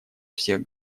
всех